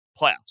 playoffs